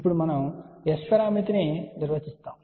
ఇప్పుడు మనము S పరామితిని నిర్వచిస్తాము